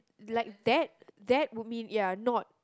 like that that would mean ya not